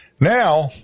Now